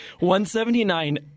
179